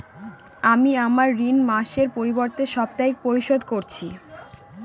আমি আমার ঋণ মাসিকের পরিবর্তে সাপ্তাহিক পরিশোধ করছি